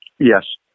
Yes